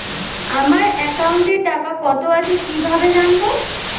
আমার একাউন্টে টাকা কত আছে কি ভাবে জানবো?